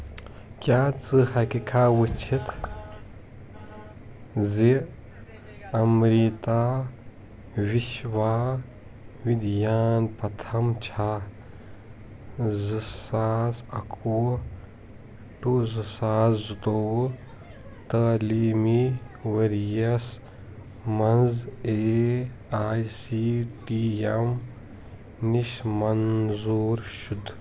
کیٛاہ ژٕ ہیٚککھا وٕچھِتھ زِ امرِتا وِشوا وِدیانپَتھم چھا زٕ ساس اکہٕ وُہ ٹُہ زٕ ساس زٕ تووُہ تٲلیٖمی ؤرۍ یَس مَنٛز A I C T E نِش منظوٗر شُدٕ